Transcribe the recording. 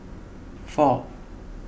four